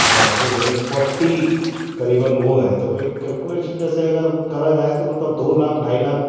और ऐसे बोले फोट्टी करीबन वो है तो भाई केल्कुलेशन जैसे अगर करा जाए तो मतलब दो लाख ढाई लाख